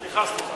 סליחה, סליחה.